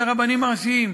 את הרבנים הראשיים,